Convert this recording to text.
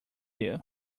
you